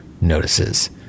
notices